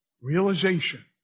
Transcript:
realization